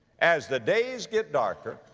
as the days get darker,